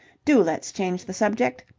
do let's change the subject.